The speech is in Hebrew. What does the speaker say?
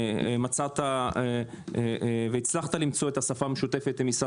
ומצאת והצלחת למצוא את השפה המשותפת עם שר